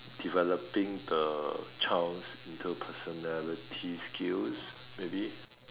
developing the child's interpersonality skills maybe